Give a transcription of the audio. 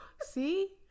See